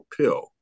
pill